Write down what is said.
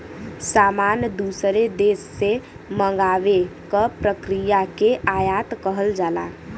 सामान दूसरे देश से मंगावे क प्रक्रिया के आयात कहल जाला